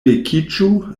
vekiĝu